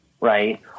Right